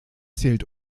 zählt